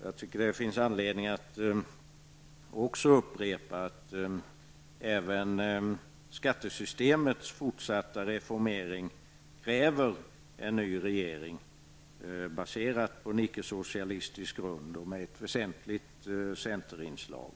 Jag tycker att det finns anledning att upprepa att även skattesystemets fortsatta reformering kräver en ny regering, baserad på en ickesocialistisk grund och med ett väsentligt centerinslag.